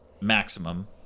maximum